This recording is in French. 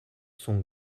sont